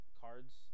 cards